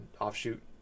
offshoot